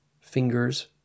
fingers